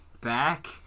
back